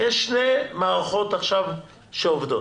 יש שתי מערכות שעובדות.